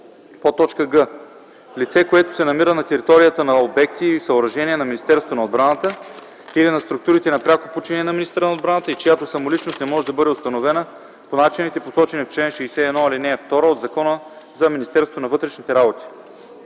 действия; г) лице, което се намира на територията на обекти и съоръжения на Министерството на отбраната или на структурите на пряко подчинение на министъра на отбраната и чиято самоличност не може да бъде установена по начините, посочени в чл. 61, ал. 2 от Закона за Министерството на вътрешните работи;